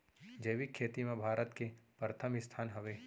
जैविक खेती मा भारत के परथम स्थान हवे